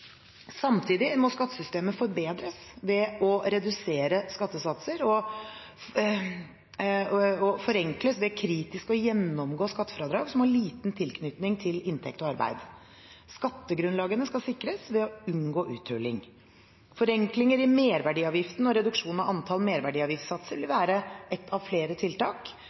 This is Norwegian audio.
Samtidig må skattesystemet forbedres ved å redusere skattesatser, og forenkles ved kritisk å gjennomgå skattefradrag som har liten tilknytning til inntekt og arbeid. Skattegrunnlagene skal sikres ved å unngå uthuling. Forenklinger i merverdiavgiften og reduksjon av antall merverdiavgiftssatser vil være ett av flere tiltak